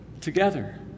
together